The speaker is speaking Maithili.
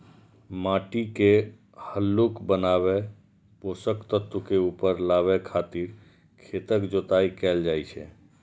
माटि के हल्लुक बनाबै, पोषक तत्व के ऊपर लाबै खातिर खेतक जोताइ कैल जाइ छै